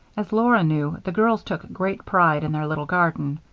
as laura knew, the girls took great pride in their little garden.